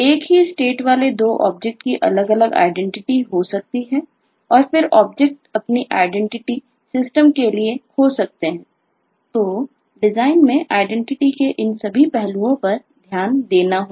एक ही स्टेट वाले दो ऑब्जेक्ट की अलग अलग आइडेंटिटी हो सकती है और फिर ऑब्जेक्ट अपनी आईडेंटिटी सिस्टम के लिए खो सकते हैं तो डिजाइन में आईडेंटिटी के इन सभी पहलुओं पर ध्यान देना होगा